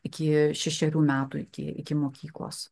iki šešerių metų iki iki mokyklos